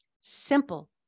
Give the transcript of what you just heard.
Simple